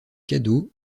cadeau